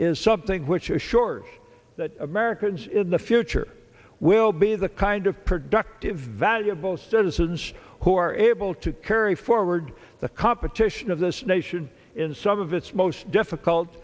is something which a short americans in the future will be the kind of productive valuable citizens who are able to carry forward the competition of this nation in some of its most difficult